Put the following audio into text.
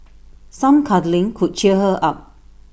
some cuddling could cheer her up